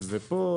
ופה,